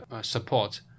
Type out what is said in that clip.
support